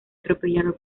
atropellado